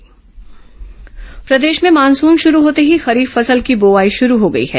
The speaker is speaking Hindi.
मेघदूत ऐप प्रदेश में मानसून शुरू होते ही खरीफ फसल की बोआई शुरू हो गई है